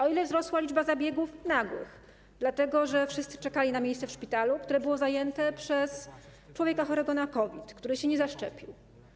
O ile wzrosła liczba zabiegów nagłych, spowodowanych tym, że wielu czekało na miejsce w szpitalu, które było zajęte przez człowieka chorego na COVID, który się nie zaszczepił?